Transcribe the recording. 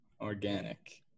organic